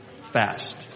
Fast